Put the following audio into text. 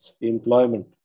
employment